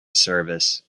service